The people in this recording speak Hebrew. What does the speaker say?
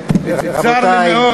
רבותי.